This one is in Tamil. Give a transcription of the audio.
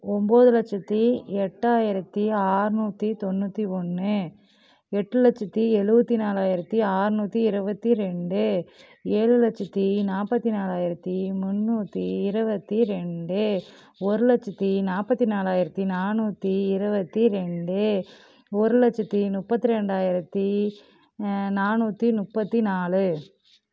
ஒம்பது லட்சத்தி எட்டாயிரத்து ஆறுநூற்றி தொண்ணூற்றி ஒன்று எட்டு லட்சத்தி எழுபத்தி நாலாயிரத்து ஆறுநூற்றி இருபத்தி ரெண்டு ஏழு லட்சத்தி நாற்பத்தி நாலாயிரத்து முண்ணூற்றி இருபத்தி ரெண்டு ஒரு லட்சத்தி நாற்பத்தி நாலாயிரத்து நானூற்றி இருபத்தி ரெண்டு ஒரு லட்சத்தி முப்பத்தி ரெண்டாயிரத்து நானூற்றி முப்பத்தி நாலு